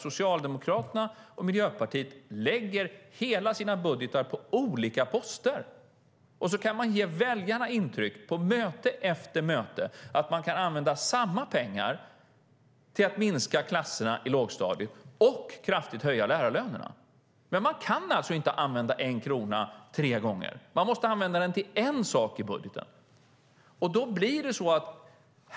Socialdemokraterna och Miljöpartiet lägger hela sina budgetar på olika poster, och så kan de på möte efter möte ge väljarna intryck av att man kan använda samma pengar till att minska klasserna i lågstadiet och kraftigt höja lärarlönerna. Men man kan inte använda en krona tre gånger - man måste använda den till en sak i budgeten.